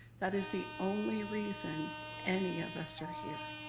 that is the only reason any of us are here.